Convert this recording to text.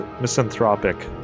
misanthropic